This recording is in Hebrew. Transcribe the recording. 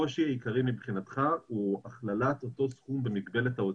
הקושי העיקרי מבחינתך הוא הכללת אותו סכום במגבלת ההוצאה.